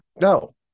no